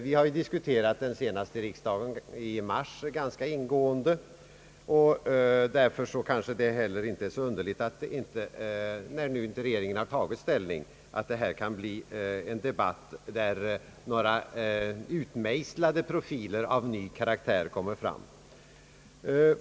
Vi har ju ganska ingående diskuterat denna fråga i mars i år, och därför är det kanske inte så underligt — när regeringen nu inte har tagit ställning — att det inte här kan bli en debatt där några utmejslade profiler av ny karaktär kommer fram.